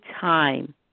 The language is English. time